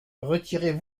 retirez